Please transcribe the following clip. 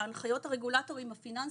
שהנחיות הרגולטורים הפיננסיים,